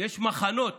יש מחנות